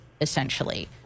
essentially